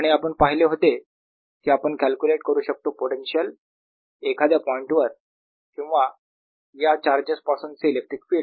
P आणि आपण पहिले होते कि आपण कॅल्क्युलेट करू शकतो पोटेन्शियल एखाद्या पॉईंट वर किंवा या चार्जेस पासूनचे इलेक्ट्रिक फिल्ड